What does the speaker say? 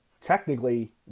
technically